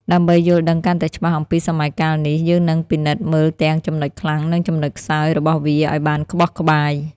ដើម្បីយល់ដឹងកាន់តែច្បាស់អំពីសម័យកាលនេះ យើងនឹងពិនិត្យមើលទាំង ចំណុចខ្លាំង និង ចំណុចខ្សោយ របស់វាឱ្យបានក្បោះក្បាយ។